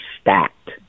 stacked